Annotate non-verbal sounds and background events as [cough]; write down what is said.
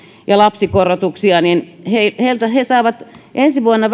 ja lapsikorotuksia niin he saavat ensi vuonna [unintelligible]